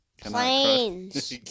planes